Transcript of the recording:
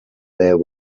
there